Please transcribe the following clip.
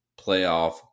playoff